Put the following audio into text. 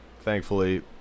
thankfully